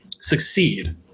succeed